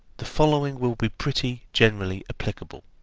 the following will be pretty generally applicable.